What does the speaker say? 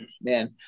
man